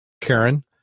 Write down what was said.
Karen